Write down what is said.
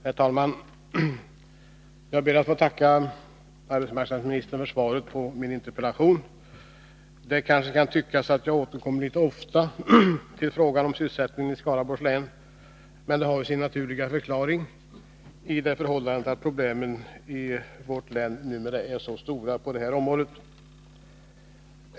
Herr talman! Jag ber att få tacka arbetsmarknadsministern för svaret på min interpellation. Det kanske kan tyckas att jag återkommer ganska ofta till frågan om sysselsättningen i Skaraborgs län, men det har sin naturliga förklaring i det förhållandet att problemen i vårt län numera är så stora på det här området.